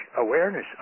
awareness